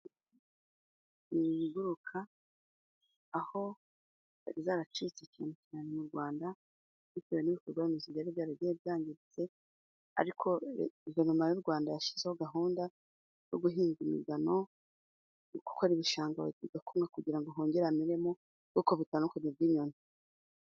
Inyoni ziguruka aho zari zaracitse cyane cyane mu Rwanda bitewe n'ibikorwa remezo byari byaragagiye byangiritse ariko guverinoma y'u Rwanda yashyizeho gahunda yo guhinga imigano no gukora ibishanga kugira ngo hongere hameremo ubwoko butandukanye bw'inyoni.